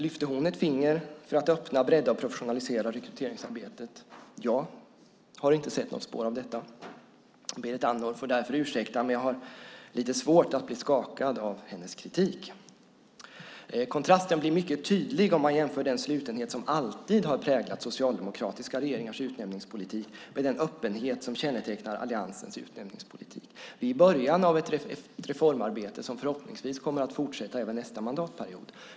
Lyfte hon ett finger för att öppna, bredda och professionalisera rekryteringsarbetet? Jag har inte sett något spår av detta. Berit Andnor får därför ursäkta att jag har lite svårt att bli skakad av hennes kritik. Kontrasten blir mycket tydlig om man jämför den slutenhet som alltid har präglat socialdemokratiska regeringars utnämningspolitik med den öppenhet som kännetecknar alliansens utnämningspolitik. Vi är i början av ett reformarbete som förhoppningsvis kommer att fortsätta även nästa mandatperiod.